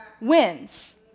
wins